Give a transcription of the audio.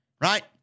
right